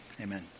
Amen